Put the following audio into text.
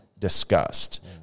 discussed